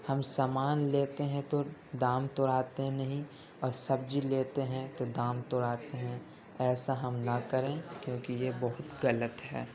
ہم سامان لیتے ہیں تو دام توڑتے نہیں اور سبزی لیتے ہیں تو دام توڑتے ہیں ایسا ہم نہ کریں کیونکہ یہ بہت غلط ہے